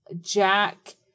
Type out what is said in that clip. Jack